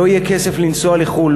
לא יהיה כסף לנסוע לחו"ל,